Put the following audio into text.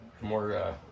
more